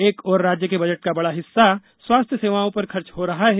एक ओर राज्य के बजट का बड़ा हिस्सा स्वास्थ्य सेवाओं पर खर्च हो रहा है